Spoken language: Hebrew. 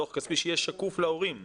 דוח כספי שיהיה שקוף להורים.